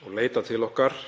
og leita til okkar.